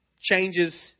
changes